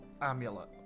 amulet